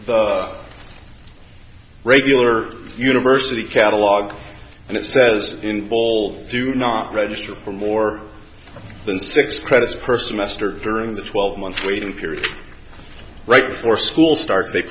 the regular university catalog and it says in full do not register for more than six credits person master during the twelve month waiting period right before school starts they